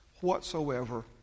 whatsoever